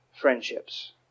friendships